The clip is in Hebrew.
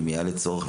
או אם יעלה צורך,